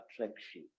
attraction